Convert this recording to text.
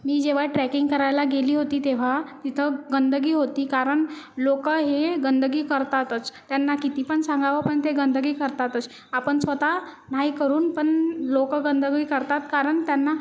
मी जेव्हा ट्रेकिंग करायला गेली होती तेव्हा तिथं गंदगी होती कारण लोक हे गंदगी करतातच त्यांना किती पण सांगावं पण ते गंदगी करतातच आपण स्वतः नाही करून पण लोक गंदगी करतात कारण त्यांना